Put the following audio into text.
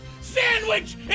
sandwich